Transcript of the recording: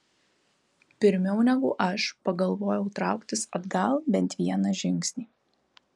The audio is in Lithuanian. pirmiau negu aš pagalvojau trauktis atgal bent vieną žingsnį